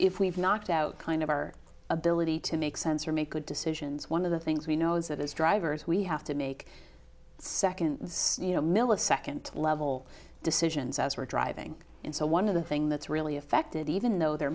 if we've knocked out kind of our ability to make sense or make good decisions one of the things we know is that as drivers we have to make second you know millisecond level decisions as we're driving and so one of the thing that's really affected even though the